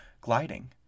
gliding